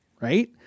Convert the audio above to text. right